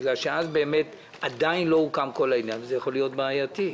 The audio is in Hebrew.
בגלל שאז באמת עדיין לא הוקם כל העניין וזה יכול להיות בעייתי.